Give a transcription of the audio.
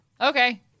Okay